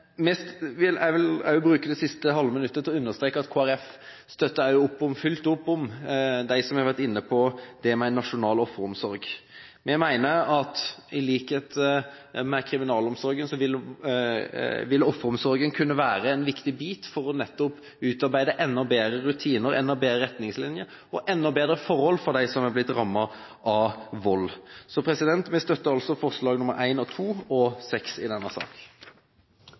Jeg vil bruke det siste halvminuttet til å understreke at Kristelig Folkeparti også støtter fullt opp om dem som har vært inne på det med en nasjonal offeromsorg. Vi mener at offeromsorgen – i likhet med kriminalomsorgen – vil kunne være en viktig bit for nettopp å utarbeide enda bedre rutiner, retningslinjer og forhold for de som har blitt rammet av vold. Vi støtter forslag nr. 1, 2 og 6 i denne